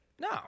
No